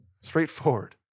straightforward